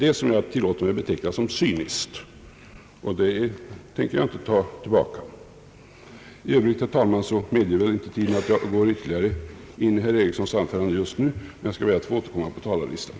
Detta tillåter jag mig be teckna som cyniskt, och det omdömet tänker jag inte ta tillbaka. Herr talman! I övrigt medger inte tiden att jag går ytterligare in på herr Ericssons anförande just nu, men jag skall be att få återkomma på talarlistan.